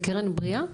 "קרן בריאה"?